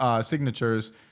signatures